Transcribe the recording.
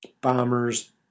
bombers